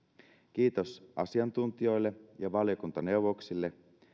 kiitos asiantuntijoille ja valiokuntaneuvoksille